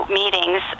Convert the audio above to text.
meetings